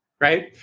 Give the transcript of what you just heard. right